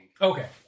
Okay